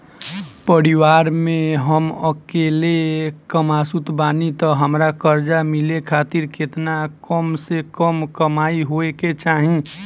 परिवार में हम अकेले कमासुत बानी त हमरा कर्जा मिले खातिर केतना कम से कम कमाई होए के चाही?